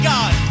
God